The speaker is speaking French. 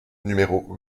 numéro